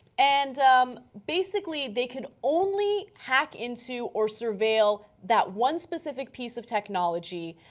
and um basically, they could only hack into or surveilled that one specific piece of technology